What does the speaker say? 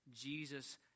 Jesus